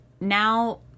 now